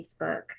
Facebook